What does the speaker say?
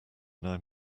nine